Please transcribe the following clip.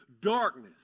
darkness